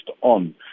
on